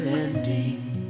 ending